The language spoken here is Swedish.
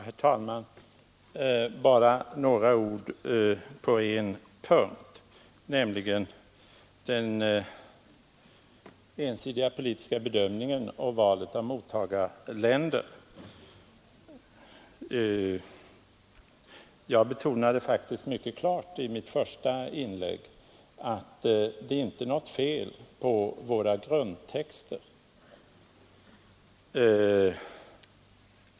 Herr talman! Bara några ord om en punkt, nämligen den påstådda ensidiga politiska bedömningen och valet av mottagarländer. 179 Jag betonade faktiskt mycket klart i mitt första inlägg att det inte är något fel på våra grundtexter.